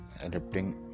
Adapting